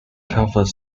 covered